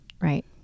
Right